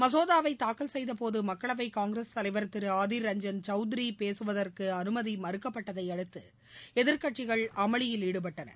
மசோதாவை தாக்கல் செய்தபோது மக்களவை காங்கிரஸ் தலைவர் திரு ஆதீர் ரஞ்ஜன் சௌத்ரி பேசுவதற்கு அனுமதி மறுக்கப்பட்டதை அடுத்து எதிர்க்கட்சிகள் அமளியில் ஈடுபட்டனர்